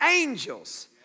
angels